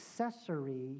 accessory